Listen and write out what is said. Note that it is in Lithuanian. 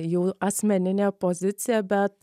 jų asmeninė pozicija bet